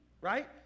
right